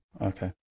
Okay